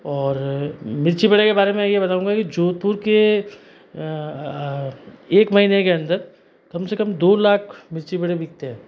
और मिर्ची बड़े के बारे में ये बताऊँगा की जोधपुर के एक महीने के अंदर कम से कम दो लाख मिर्ची बड़े बिकते हैं